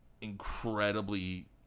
incredibly